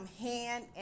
hand